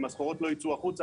אם הסחורות לא יצאו החוצה,